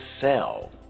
sell